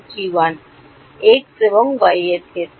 x এবং y এর ক্ষেত্রে